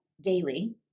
daily